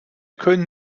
können